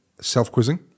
self-quizzing